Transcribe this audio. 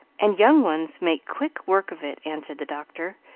and young ones make quick work of it, answered the doctor,